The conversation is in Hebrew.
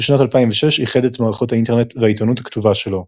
בשנת 2006 איחד את מערכות האינטרנט והעיתונות הכתובה שלו.